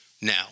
now